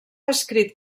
escrit